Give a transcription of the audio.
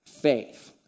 faith